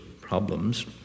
problems